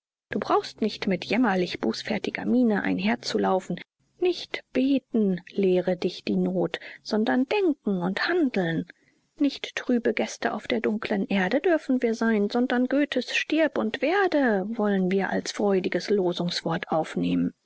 du brauchst nicht mit jämmerlich bußfertiger miene einherzulaufen nicht beten lehre dich die not sondern denken und handeln nicht trübe gäste auf der dunklen erde dürfen wir sein sondern goethes stirb und werde wollen wir als freudiges losungswort aufnehmen